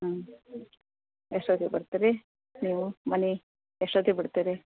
ಹಾಂ ಎಷ್ಟೊತಿಗೆ ಬರ್ತೀರಿ ನೀವು ಮನೆ ಎಷ್ಟೊತ್ತಿಗೆ ಬಿಡ್ತಿರಿ